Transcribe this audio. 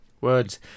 Words